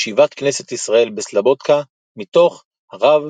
ישיבת "כנסת ישראל" בסלובודקה; מתוך הרב